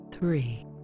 three